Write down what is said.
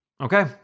Okay